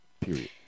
period